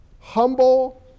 humble